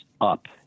up